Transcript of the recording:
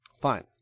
fine